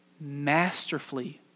masterfully